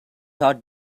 heart